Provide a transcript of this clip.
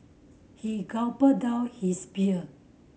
he gulped down his beer